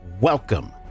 welcome